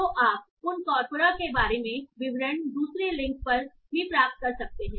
तो आप उन कॉर्पोरा के बारे में विवरण दूसरी लिंक पर भी प्राप्त कर सकते हैं